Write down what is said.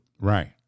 Right